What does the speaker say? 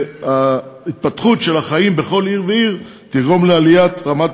והתפתחות החיים בכל עיר ועיר תגרום לעליית רמת